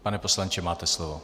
Pane poslanče, máte slovo.